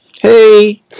Hey